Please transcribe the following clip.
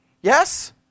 Yes